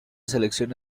selección